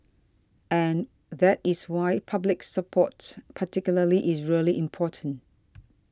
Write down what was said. and that is why public support particularly is really important